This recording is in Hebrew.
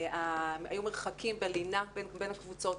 היו מרחקים בלינה בין הקבוצות,